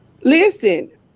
listen